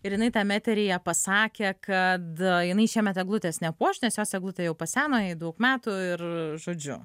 ir jinai tam eteryje pasakė kad jinai šiemet eglutės nepuoš nes jos eglutė jau paseno jai daug metų ir žodžiu